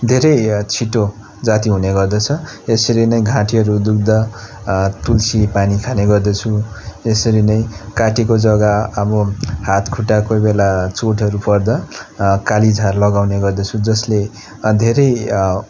धेरै छिटो जाति हुने गर्दछ यसेरी नै घाँटीहरू दुख्दा तुलसी पानी काने गर्दछु त्यसरी नै काटेको जग्गा अब हात खुट्टा कोही बेला चोटहरू पर्दा कालिझार लगाउने गर्दछु जसले धेरै